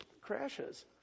crashes